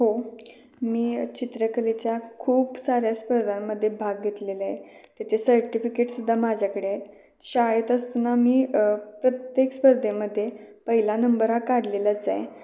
हो मी चित्रकलेच्या खूप साऱ्या स्पर्धांमध्ये भाग घेतलेले आहे त्याचे सर्टिफिकेटसुद्धा माझ्याकडे आहे शाळेत असताना मी प्रत्येक स्पर्धेमध्ये पहिला नंबर हा काढलेलाच आहे